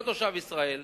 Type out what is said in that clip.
לא תושב ישראל,